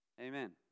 Amen